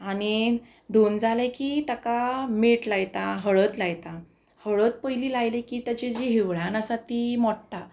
आनी धुवन जालें की ताका मीठ लायता हळद लायता हळद पयली लायले की ताची जी हिवळान आसा ती मोडटा